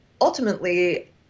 ultimately